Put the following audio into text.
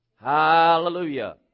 Hallelujah